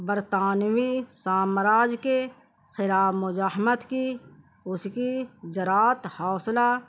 برطانوی سامراج کے خلاف مزاحمت کی اس کی جراءت حوصلہ